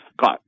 got